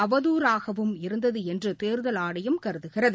அவதாறாகவும் இருந்தது என்று தேர்தல் ஆணையம் கருதுகிறது